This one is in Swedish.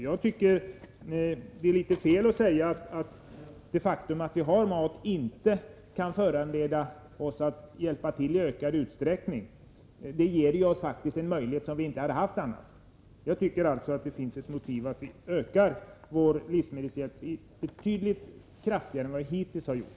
Jag tycker det är fel att säga att det faktum att vi har mat inte kan föranleda oss att hjälpa till i ökad utsträckning. Detta ger oss faktiskt en möjlighet som vi inte hade haft annars. Det finns alltså anledning att öka vår livsmedelshjälp betydligt kraftigare än vad vi gjort hittills.